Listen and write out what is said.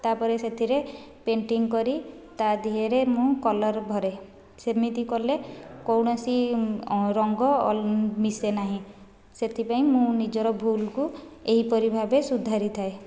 ତାପରେ ସେଥିରେ ପେଣ୍ଟିଂ କରି ତା ଦିହରେ ମୁଁ କଲର୍ ଭରେ ସେମିତି କଲେ କୌଣସି ରଙ୍ଗ ଅଲ୍ ମିଶେ ନାହିଁ ସେଥିପାଇଁ ମୁଁ ନିଜର ଭୁଲକୁ ଏହିପରି ଭାବେ ସୁଧାରି ଥାଏ